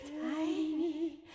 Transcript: tiny